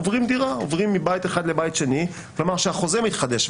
עוברים מבית אחד לבית שני כלומר שהחוזה מתחדש,